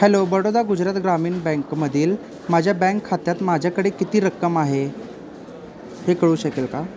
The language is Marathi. हॅलो बडोदा गुजरात ग्रामीण बँकमधील माझ्या बँक खात्यात माझ्याकडे किती रक्कम आहे हे कळू शकेल का